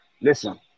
listen